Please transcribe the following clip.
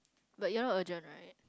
but your all urgent right